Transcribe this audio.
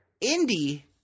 Indy